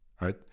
right